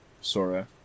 Sora